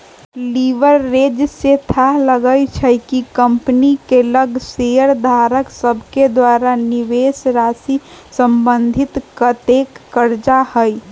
leverage से थाह चलइ छइ कि कंपनी के लग शेयरधारक सभके द्वारा निवेशराशि संबंधित कतेक करजा हइ